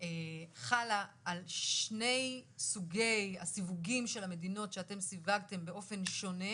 חלה על שני סוגי הסיווגים של המדינות שאתם סיווגתם באופן שונה